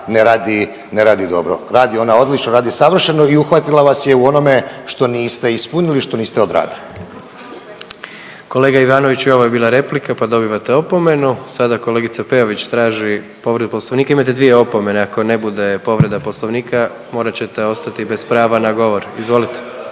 ne radi dobro. Radi ona odlučno, radi savršeno i uhvatila vas je u onome što niste ispunili, što niste odradili. **Jandroković, Gordan (HDZ)** Kolega Ivanović i ovo je bila replika, pa dobivate opomenu. Sada kolegica Peović traži povredu Poslovnika, imate dvije opomene, ako ne bude povreda Poslovnika morat ćete ostati bez prava na govor. **Peović,